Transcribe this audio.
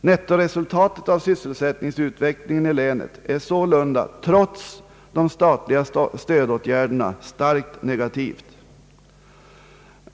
Nettoresultatet av sysselsättningsutvecklingen i länet är sålunda trots de statliga stödåtgärderna starkt negativt.